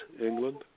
England